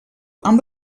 amb